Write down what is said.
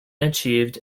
achieved